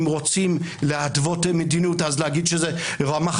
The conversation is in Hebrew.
אם רוצים להתוות מדיניות אז להגיד שזה רמ"ח